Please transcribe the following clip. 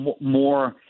more